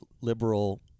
liberal